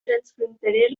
transfronterer